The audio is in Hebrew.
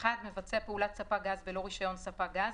מבצע פעולת ספק גז בלא רישיון ספק גז,